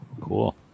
Cool